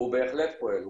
הוא בהחלט פועל,